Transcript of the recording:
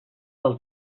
del